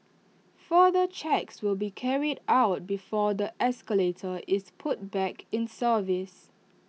further checks will be carried out before the escalator is put back in service